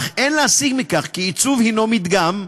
אך אין להסיק מכך כי עיצוב הוא מדגם,